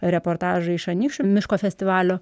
reportažą iš anykščių miško festivalio